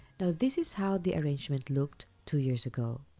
this is how the arrangement looked two years ago.